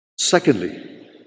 Secondly